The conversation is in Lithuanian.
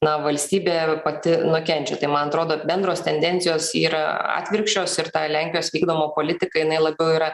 na valstybė pati nukenčia tai man atrodo bendros tendencijos yra atvirkščios ir ta lenkijos vykdomą politika jinai labiau yra